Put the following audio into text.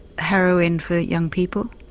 heroin for young people,